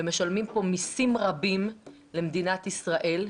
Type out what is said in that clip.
והם משלמים מסים רבים למדינת ישראל.